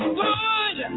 good